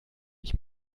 ich